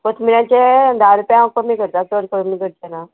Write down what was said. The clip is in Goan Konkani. कथमिराचे धा रुपया हांव कमी करता चड कमी करतना